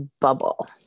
bubble